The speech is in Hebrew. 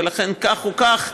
ולכן, כך או כך,